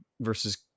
versus